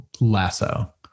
lasso